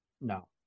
no